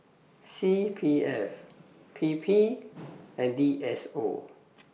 C P F P P and D S O